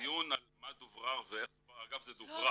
דיון על מה דוברר ואיך דוברר, אגב זה דוברר.